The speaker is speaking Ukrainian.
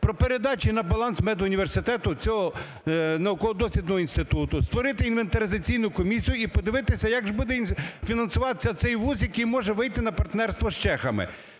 про передачу на баланс медуніверситету цього науково-дослідного інституту, створити інвентаризаційну комісію – і подивитися, як же буде фінансуватися цей вуз, який може вийти на партнерство з чехами.